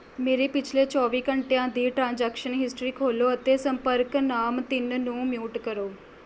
ਮੇਰੇ ਪਿਛਲੇ ਚੌਵੀ ਘੰਟਿਆਂ ਦੇ ਟ੍ਰਾਂਜੈਕਸ਼ਨ ਹਿਸਟਰੀ ਖੋਲ੍ਹੋ ਅਤੇ ਅਤੇ ਸੰਪਰਕ ਨਾਮ ਤਿੰਨ ਨੂੰ ਮਿਊਟ ਕਰੋ